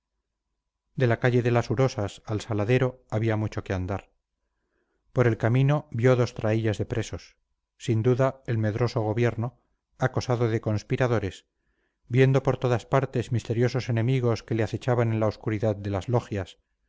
de la calle de las urosas al saladero había mucho que andar por el camino vio dos traíllas de presos sin duda el medroso gobierno acosado de conspiradores viendo por todas partes misteriosos enemigos que le acechaban en la obscuridad de las logias